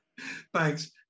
Thanks